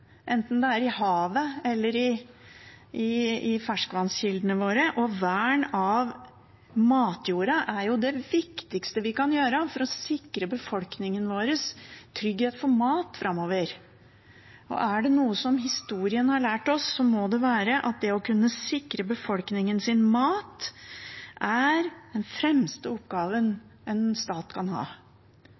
matjorda er det viktigste vi kan gjøre for å sikre befolkningen vår trygghet for mat framover. Er det noe som historien har lært oss, må det være at det å kunne sikre befolkningen sin mat er den fremste oppgaven en stat kan ha.